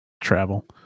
Travel